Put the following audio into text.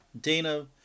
Dana